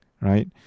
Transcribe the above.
right